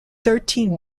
thirteen